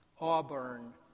Auburn